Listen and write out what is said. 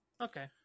Okay